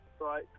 right